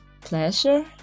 pleasure